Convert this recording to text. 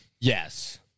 Yes